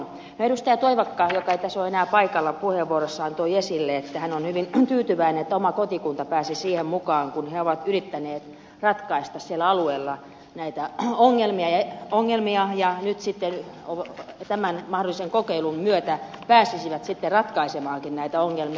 toivakka joka ei täällä ole enää paikalla puheenvuorossaan toi esille että hän on hyvin tyytyväinen että oma kotikunta pääsi siihen mukaan kun he ovat yrittäneet ratkaista siellä alueella ongelmia ja nyt tämän mahdollisen kokeilun myötä pääsisivät sitten ratkaisemaankin näitä ongelmia